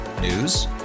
News